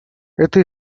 эта